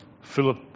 Philip